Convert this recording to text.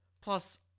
Plus